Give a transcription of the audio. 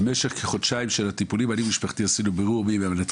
במשך כחודשיים ערכנו בירור לגבי זהות המנתח